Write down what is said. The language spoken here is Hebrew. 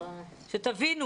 שתבינו